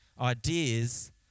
ideas